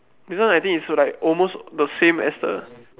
this one I think is still like almost the same as the